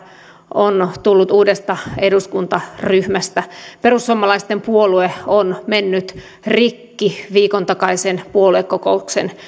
on tullut uudesta eduskuntaryhmästä perussuomalaisten puolue on mennyt rikki viikon takaisen puoluekokouksen